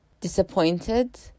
disappointed